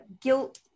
guilt